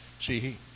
See